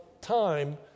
time